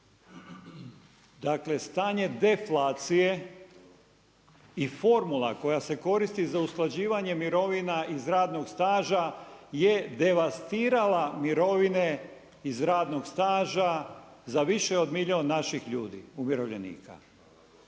dakle, stanje deflacije i formula koja se koristi za usklađivanje mirovina iz radnog staža je devastirala mirovine iz radnog staža za više od milijun naših ljudi umirovljenika.